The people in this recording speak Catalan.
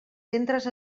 centres